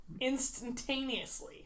instantaneously